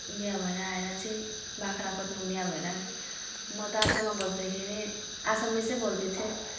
बिहा भएर आएर चाहिँ बाख्राकोटमा बिहा भएर म त आसाममा बस्दाखेरि आसामिसै बोल्दैथिएँ